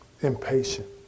impatient